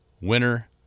Winner